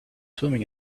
swimming